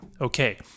Okay